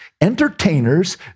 entertainers